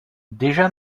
déjà